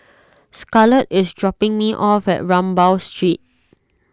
Scarlet is dropping me off at Rambau Street